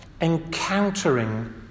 Encountering